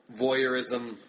Voyeurism